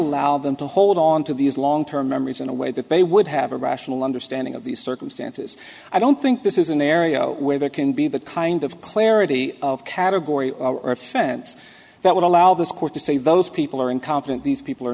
allow them to hold on to these long term memories in a way that they would have a rational understanding of these circumstances i don't think this is an area where there can be that kind of clarity of category or offense that would allow this court to say those people are incompetent these people are